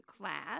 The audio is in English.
class